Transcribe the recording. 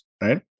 right